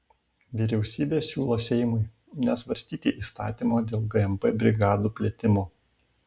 vyriausybė siūlo seimui nesvarstyti įstatymo dėl gmp brigadų plėtimo